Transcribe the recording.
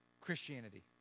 Christianity